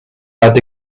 that